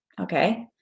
Okay